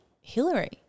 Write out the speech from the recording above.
hillary